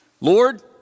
Lord